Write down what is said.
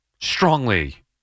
strongly